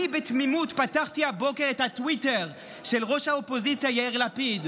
בתמימות פתחתי הבוקר את הטוויטר של ראש האופוזיציה יאיר לפיד.